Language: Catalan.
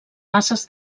masses